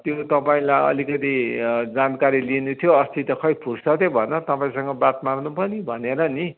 त्यो तपाईँलाई अलिकति जानकारी लिनु थियो अस्ति त खै फुर्सतै भएन तपाईँसँग बात मार्नु पनि भनेर नि